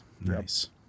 Nice